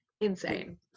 Insane